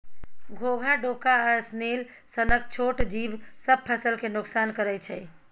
घोघा, डोका आ स्नेल सनक छोट जीब सब फसल केँ नोकसान करय छै